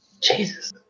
Jesus